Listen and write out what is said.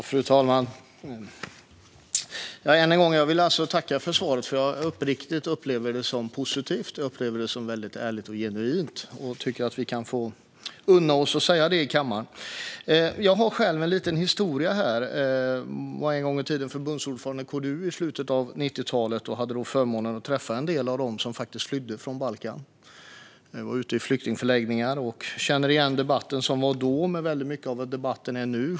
Fru talman! Jag vill än en gång tacka för svaret, som jag uppriktigt upplever som positivt och väldigt ärligt och genuint. Jag tycker att vi kan få unna oss att säga detta i kammaren. Jag har själv en liten historia kring detta. I slutet av 90-talet var jag förbundsordförande i KDU och hade då förmånen att träffa en del av dem som faktiskt flydde från Balkan. Jag var ute på flyktingförläggningar och känner från den debatt som var då igen väldigt mycket i den debatt som pågår nu.